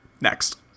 Next